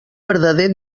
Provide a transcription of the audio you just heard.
verdader